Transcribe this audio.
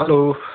hello